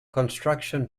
construction